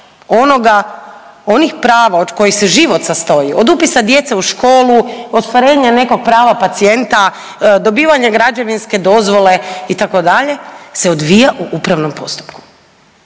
onih prava od kojih se život sastoji, od upisa djece u školu, ostvarenja nekog prava pacijenta, dobivanje građevinske dozvole itd. se odvija u upravnom postupku.